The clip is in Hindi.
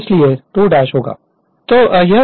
इसलिए 2 'होगा I 22 a